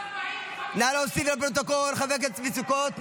נא להוסיף לפרוטוקול את חבר הכנסת צבי סוכות,